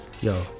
Yo